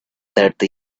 thirty